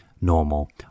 normal